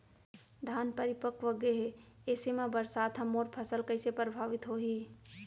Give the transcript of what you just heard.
धान परिपक्व गेहे ऐसे म बरसात ह मोर फसल कइसे प्रभावित होही?